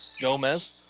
Gomez